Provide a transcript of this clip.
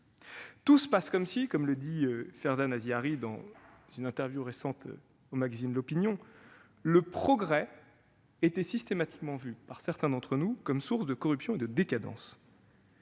Tout se passe comme si, comme le dit Ferghane Azihari dans une interview récente au magazine, « le progrès était systématiquement vu par certains d'entre nous comme source de corruption et de décadence